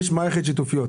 יש מערכת שיתופיות.